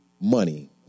money